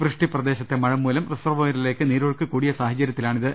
വൃഷ്ടി പ്രദേശത്തെ മഴമൂലം റിസർവോയറിലേക്ക് നീരൊഴുക്ക് കൂടിയ സാഹചര്യത്തിലാണിത്